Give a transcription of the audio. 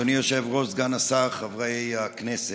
אדוני היושב-ראש, סגן השר, חברי הכנסת,